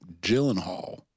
Gyllenhaal